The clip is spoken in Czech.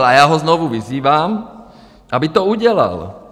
A já ho znovu vyzývám, aby to udělal.